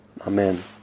Amen